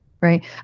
right